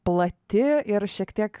plati ir šiek tiek